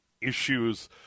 issues